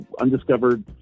undiscovered